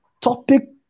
topic